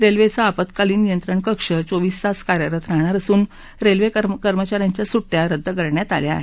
रेल्वेचं आपत्कालीन नियंत्रण कक्ष चोवीस तास कार्यरत राहणार असून रेल्वे कर्मचाऱ्यांच्या सुट्याही रद्द करण्यात आल्या आहेत